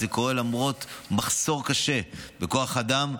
זה קורה למרות מחסור קשה בכוח אדם,